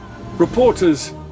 Reporters